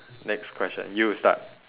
next question you start